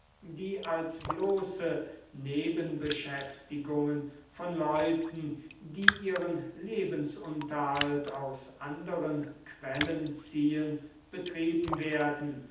die als bloße nebenbeschäftigungen von leuten die ihren lebensunterhalt aus anderen quellen ziehen betrieben werden